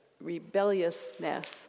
Rebelliousness